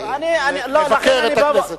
שאתה מבקר את הכנסת.